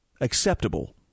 acceptable